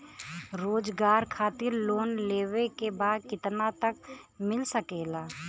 रोजगार खातिर लोन लेवेके बा कितना तक मिल सकेला?